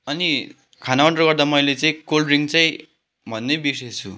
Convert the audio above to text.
अनि खाना अर्डर गर्दा मैले चाहिँ कोल्ड ड्रिङ्क चाहिँ भन्नै बिर्सेछु